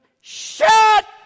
Shut